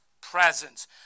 presence